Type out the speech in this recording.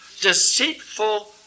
Deceitful